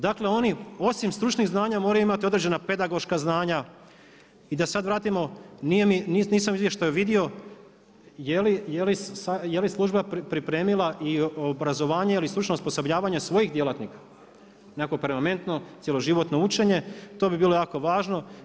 Dakle, oni osim stručnih znanja moraju imati određena pedagoška znanja i da sad vratimo, nisam u izvještaju vidio je li služba pripremila i obrazovanje ili stručno osposobljavanje svojih djelatnika onako … cijeloživotno učenje, to bi bilo jako važno.